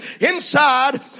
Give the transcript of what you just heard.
inside